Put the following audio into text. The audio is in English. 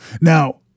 Now